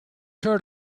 heard